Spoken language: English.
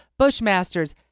bushmasters